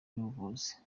n’ubuvuzi